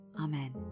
amen